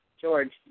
George